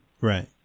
Right